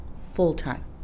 full-time